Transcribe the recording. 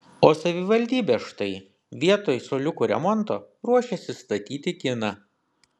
o savivaldybė štai vietoj suoliukų remonto ruošiasi statyti kiną